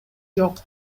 жок